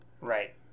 right